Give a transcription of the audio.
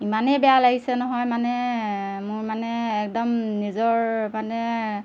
ইমানেই বেয়া লাগিছে নহয় মানে মোৰ মানে একদম নিজৰ মানে